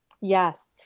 Yes